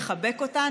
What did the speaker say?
נחבק אותה,